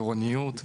עירוניוּת,